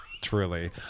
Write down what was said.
Truly